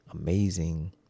amazing